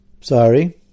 Sorry